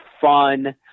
fun